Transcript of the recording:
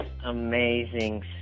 amazing